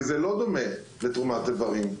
כי זה לא דומה לתרומת איברים.